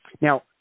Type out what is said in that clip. Now